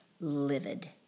livid